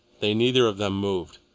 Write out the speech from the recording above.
they neither of them moved.